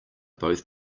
both